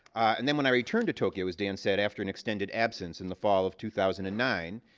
and then, when i returned to tokyo, as dan said, after an extended absence, in the fall of two thousand and nine,